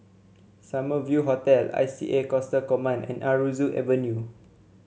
Summer View Hotel I C A Coastal Command and Aroozoo Avenue